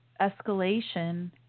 escalation